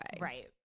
Right